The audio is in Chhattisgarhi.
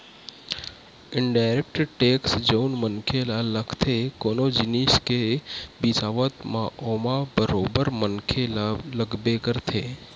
इनडायरेक्ट टेक्स जउन मनखे ल लगथे कोनो जिनिस के बिसावत म ओमा बरोबर मनखे ल लगबे करथे